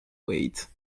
wait